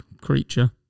creature